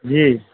جی